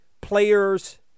Players